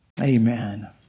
Amen